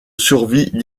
survit